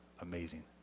amazing